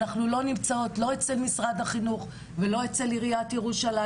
אנחנו לא נמצאות לא אצל משרד החינוך ולא אצל עיריית ירושלים.